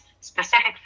specific